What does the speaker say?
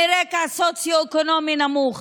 מרקע סוציו-אקונומי נמוך,